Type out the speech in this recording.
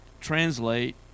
translate